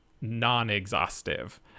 non-exhaustive